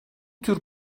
tür